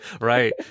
right